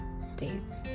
states